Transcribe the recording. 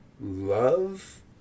love